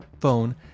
phone